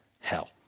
hell